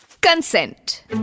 Consent।